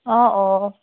অ অ